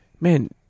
man